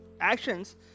actions